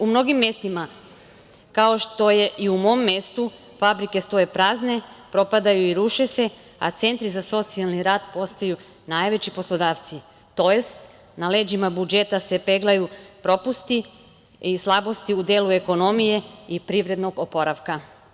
U mnogim mestima, kao što je i u mom mestu, fabrike stoje prazne, propadaju i ruše se, a centri za socijalni rad postaju najveći poslodavci, tj. na leđima budžeta se peglaju propusti i slabosti u delu ekonomije i privrednog oporavka.